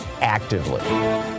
actively